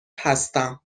هستم